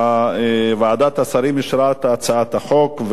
שוועדת השרים אישרה את הצעת החוק,